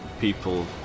people